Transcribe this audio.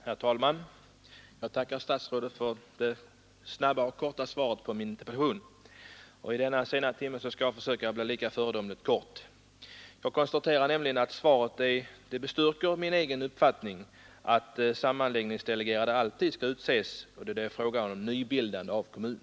Herr talman! Jag tackar statsrådet för det snabba och korta svaret på min interpellation. Vid denna sena timme skall jag försöka fatta mig lika föredömligt kort. Svaret bestyrker nämligen min egen uppfattning att sammanläggningsdelegerade alltid skall utses då det är fråga om nybildan de av kommun.